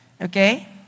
Okay